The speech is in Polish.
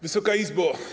Wysoka Izbo!